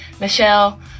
Michelle